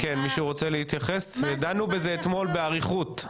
דנו בזה אתמול באריכות.